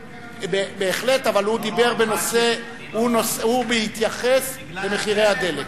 בהחלט, אבל בהתייחס למחירי הדלק.